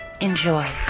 Enjoy